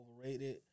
overrated